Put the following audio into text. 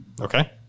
Okay